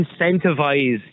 incentivize